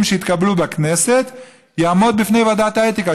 שהתקבלו בכנסת יעמוד בפני ועדת האתיקה,